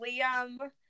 Liam